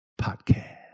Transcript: Podcast